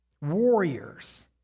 warriors